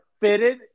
Fitted